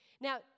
Now